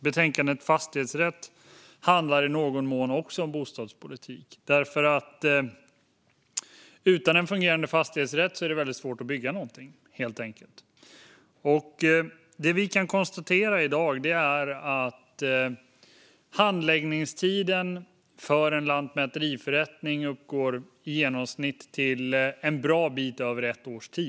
Betänkandet CU11 Fastighetsrätt handlar i någon mån också om bostadspolitik, för utan en fungerande fastighetsrätt är det helt enkelt svårt att bygga något. Det vi kan konstatera i dag är att handläggningstiden för en lantmäteriförrättning i genomsnitt uppgår till en bra bit över ett år.